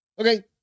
Okay